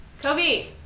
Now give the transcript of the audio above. Kobe